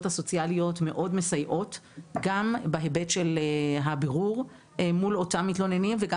הסוציאליות מאוד מסייעות גם בהיבט של הבירור מול אותם מתלוננים וגם